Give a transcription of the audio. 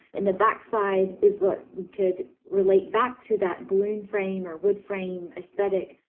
and the backside is what we could relate back to that balloon frame or wood frame aesthetic.